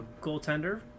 goaltender